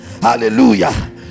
hallelujah